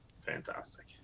fantastic